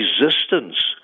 resistance